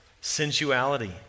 sensuality